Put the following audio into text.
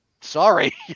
Sorry